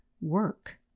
work